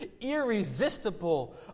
irresistible